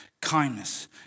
kindness